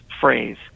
phrase